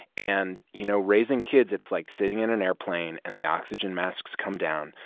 and, you know, raising kids it's like sitting in an airplane and the oxygen masks come down.